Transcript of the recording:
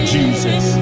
Jesus